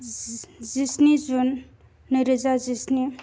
जिस्नि जुन नैरोजा जिस्नि